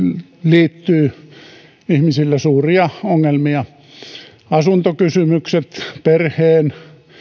liittyy ihmisillä suuria ongelmia asuntokysymykset perheen